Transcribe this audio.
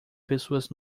pessoas